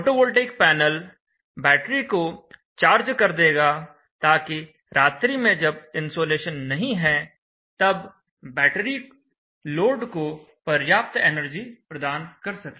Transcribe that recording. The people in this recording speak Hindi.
फोटोवोल्टेइक पैनल बैटरी को चार्ज कर देगा ताकि रात्रि में जब इन्सोलेशन नहीं है तब बैटरी लोड को पर्याप्त एनर्जी प्रदान कर सके